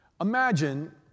imagine